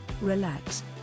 relax